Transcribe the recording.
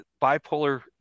bipolar